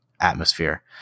atmosphere